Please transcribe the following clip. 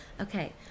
Okay